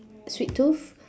sweet tooth